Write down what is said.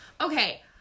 Okay